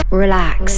relax